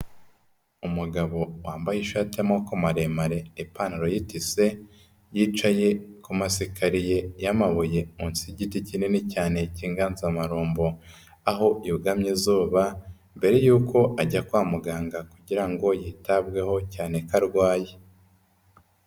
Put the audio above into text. Umugabo wambaye ishati y'amaboko maremare, ipantaro y'itise, yicaye ku masikariye y'amabuye munsi y'igiti kinini cyane cy'inganzamarumbo. Aho yugamye izuba mbere yuko ajya kwa muganga kugira ngo yitabweho cyane ko arwaye.